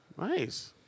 Nice